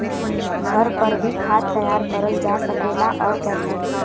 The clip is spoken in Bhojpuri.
घर पर भी खाद तैयार करल जा सकेला और कैसे?